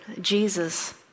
Jesus